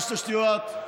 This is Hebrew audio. מר סטיוארט.